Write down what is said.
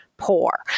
poor